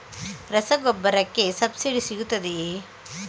ರಸಗೊಬ್ಬರಕ್ಕೆ ಸಬ್ಸಿಡಿ ಸಿಗುತ್ತದೆಯೇ?